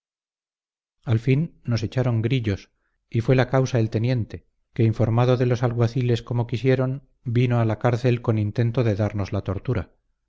al fin nos echaron grillos y fue la causa el teniente que informado de los alguaciles como quisieron vino a la cárcel con intento de darnos la tortura